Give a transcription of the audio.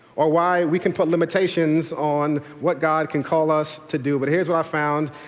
or why we can put limitations on what god can call us to do, but here's what i found.